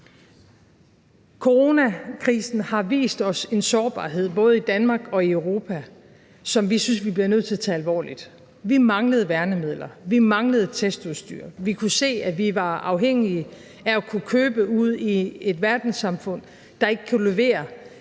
Coronakrisen har vist os en sårbarhed, både i Danmark og i Europa, som vi synes at vi bliver nødt til at tage alvorligt. Vi manglede værnemidler; vi manglede testudstyr; vi kunne se, at vi var afhængige af at kunne købe ude i et verdenssamfund, der ikke kunne levere